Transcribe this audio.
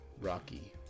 Rocky